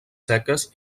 seques